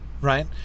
right